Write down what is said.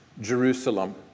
Jerusalem